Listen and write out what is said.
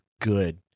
good